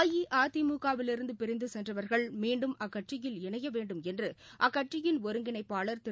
அஇஅதிமுகவிலிருந்து பிரிந்து சென்றவர்கள் மீண்டும் அக்கட்சியில் இணைய வேண்டும் என்று அக்கட்சியின் ஒருங்கிணைப்பாளர் திரு